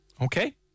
Okay